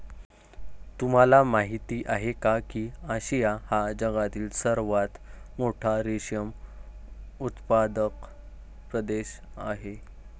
तुम्हाला माहिती आहे का की आशिया हा जगातील सर्वात मोठा रेशीम उत्पादक प्रदेश आहे